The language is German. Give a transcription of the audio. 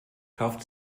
kauft